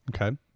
Okay